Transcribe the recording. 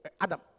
Adam